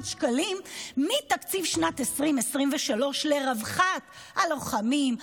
שקלים מתקציב שנת 2023 לרווחת הלוחמים,